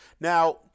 Now